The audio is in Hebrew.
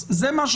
עכשיו,